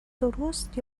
درست